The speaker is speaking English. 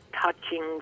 touching